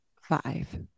Five